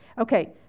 Okay